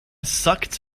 sucked